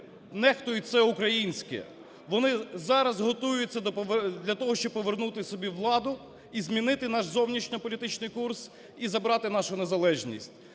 нехтують все українське, вони зараз готуються для того, щоб повернути собі владу і змінити наш зовнішньополітичний курс і забрати нашу незалежність.